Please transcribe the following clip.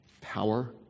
Power